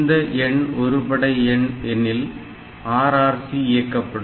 இந்த எண் ஒரு படை எனில் RRC இயக்கப்படும்